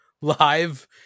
live